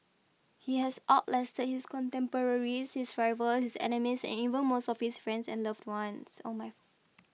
he has out lasted his contemporaries his rivals his enemies and even most of his friends and loved ones oh my